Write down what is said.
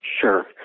Sure